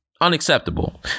Unacceptable